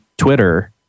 Twitter